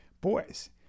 boys